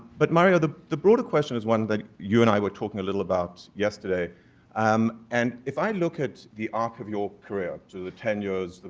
but mario, the the broader question is one that you and i were talking a little about yesterday um and if i look at the arc of your career, to the ten years,